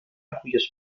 cuyos